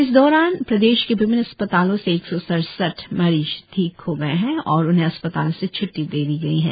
इस दौरान प्रदेश के विभिन्न अस्पतालों से एक सौ सड़सठ मरीज ठीक हो गए है और उन्हें अस्पतालों से छुट्टी दे दी गई है